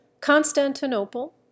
Constantinople